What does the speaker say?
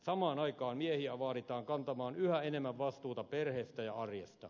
samaan aikaan miehiä vaaditaan kantamaan yhä enemmän vastuuta perheestä ja arjesta